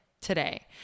today